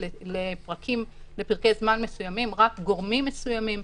לפרקי זמן מסוימים רק גורמים מסוימים.